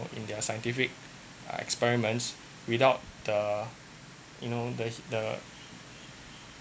in their scientific uh experiments without the you know the the